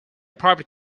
private